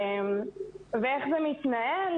איך זה מתנהל?